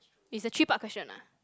is a three part question ah